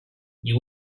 you